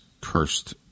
cursed